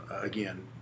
again